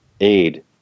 aid